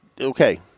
Okay